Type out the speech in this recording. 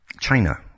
China